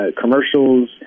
commercials